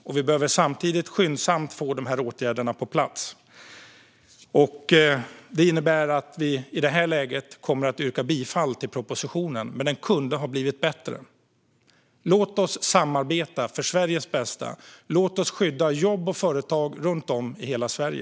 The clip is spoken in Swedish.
Samtidigt behöver vi skyndsamt få de här åtgärderna på plats. Det innebär att vi i det här läget kommer att yrka bifall till propositionen, men den kunde ha blivit bättre. Låt oss samarbeta för Sveriges bästa! Låt oss skydda jobb och företag runt om i hela Sverige!